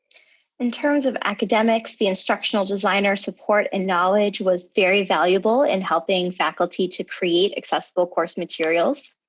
in terms of academics, the instructional designer support and knowledge was very valuable in helping faculty to create accessible course materials.